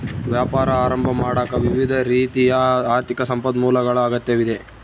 ವ್ಯಾಪಾರ ಆರಂಭ ಮಾಡಾಕ ವಿವಿಧ ರೀತಿಯ ಆರ್ಥಿಕ ಸಂಪನ್ಮೂಲಗಳ ಅಗತ್ಯವಿದೆ